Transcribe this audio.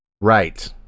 Right